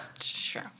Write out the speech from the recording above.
Sure